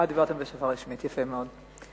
אה, דיברתם בשפה רשמית, יפה מאוד.